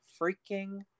freaking